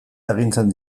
agintzen